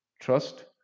trust